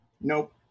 Nope